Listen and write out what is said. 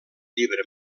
llibre